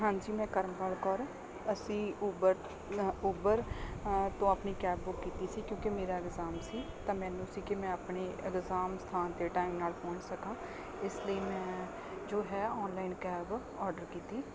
ਹਾਂਜੀ ਮੈਂ ਕਰਮਵਾਲ ਕੌਰ ਅਸੀਂ ਊਬਰ ਊਬਰ ਤੋਂ ਆਪਣੀ ਕੈਬ ਬੁੱਕ ਕੀਤੀ ਸੀ ਕਿਉਂਕਿ ਮੇਰਾ ਅਗਜ਼ਾਮ ਸੀ ਤਾਂ ਮੈਨੂੰ ਸੀ ਕਿ ਮੈਂ ਆਪਣੇ ਅਗਜ਼ਾਮ ਸਥਾਨ 'ਤੇ ਟਾਈਮ ਨਾਲ ਪਹੁੰਚ ਸਕਾਂ ਇਸ ਲਈ ਮੈਂ ਜੋ ਹੈ ਔਨਲਾਈਨ ਕੈਬ ਔਡਰ ਕੀਤੀ